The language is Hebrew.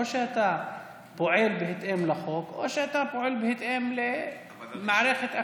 או שאתה פועל בהתאם לחוק או שאתה פועל בהתאם למערכת אחרת.